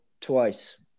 twice